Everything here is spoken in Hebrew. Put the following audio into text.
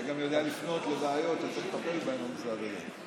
אתה גם יודע להפנות לבעיות שצריך לטפל בהן במשרד הזה.